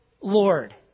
Lord